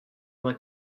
vingt